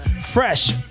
Fresh